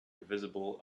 visible